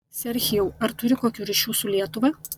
serhijau ar turi kokių ryšių su lietuva